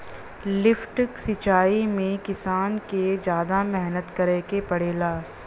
lift सिचाई में किसान के जादा मेहनत करे के पड़ेला